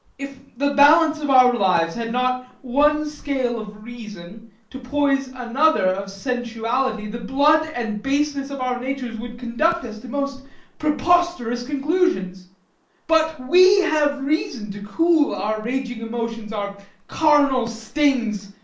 if the balance of our lives had not one scale of reason to poise another of sensuality, the blood and baseness of our natures would conduct us to most preposterous conclusions but we have reason to cool our raging motions, our carnal stings,